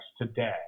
today